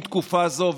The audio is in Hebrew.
כנסת נכבדה,